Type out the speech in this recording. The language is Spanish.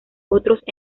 otros